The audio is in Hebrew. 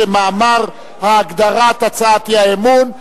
כמאמר הגדרת הצעת האי-אמון.